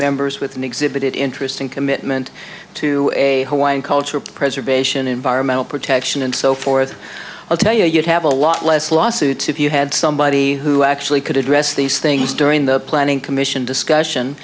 members with an exhibit interesting commitment to a hawaiian culture preservation environmental protection and so forth i'll tell you you'd have a lot less lawsuits if you had somebody who actually could address these things during the planning commission discussion